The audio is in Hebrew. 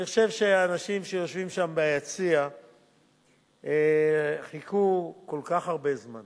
אני חושב שהאנשים שיושבים שם ביציע חיכו כל כך הרבה זמן